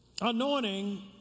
anointing